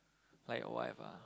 like your wife ah